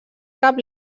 cap